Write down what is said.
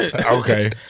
Okay